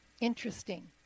Interesting